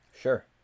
Sure